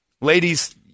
Ladies